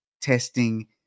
testing